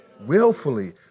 Willfully